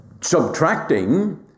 subtracting